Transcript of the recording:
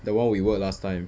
the one we work last time